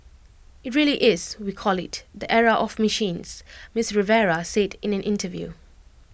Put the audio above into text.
IT really is we call IT the era of machines miss Rivera said in an interview